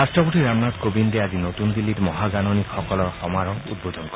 ৰাট্টপতি ৰামনাথ কোবিন্দে আজি নতুন দিল্লীত মহাগাণনিকসকলৰ সমাৰোহ উদ্বোধন কৰিব